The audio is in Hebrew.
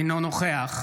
אינו נוכח